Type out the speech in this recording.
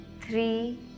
three